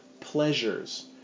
pleasures